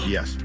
Yes